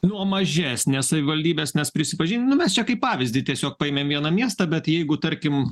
nuo mažesnės savivaldybės mes prisipažin nu mes čia kaip pavyzdį tiesiog paėmėm vieną miestą bet jeigu tarkim